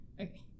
okay